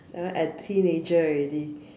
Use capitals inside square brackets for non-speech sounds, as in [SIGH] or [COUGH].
[LAUGHS] at teenager already